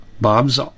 Bob's